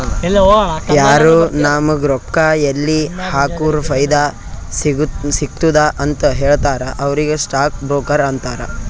ಯಾರು ನಾಮುಗ್ ರೊಕ್ಕಾ ಎಲ್ಲಿ ಹಾಕುರ ಫೈದಾ ಸಿಗ್ತುದ ಅಂತ್ ಹೇಳ್ತಾರ ಅವ್ರಿಗ ಸ್ಟಾಕ್ ಬ್ರೋಕರ್ ಅಂತಾರ